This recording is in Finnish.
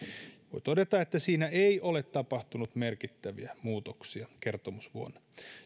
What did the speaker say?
voi todeta että siinä ei ole tapahtunut merkittäviä muutoksia kertomusvuonna